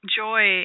joy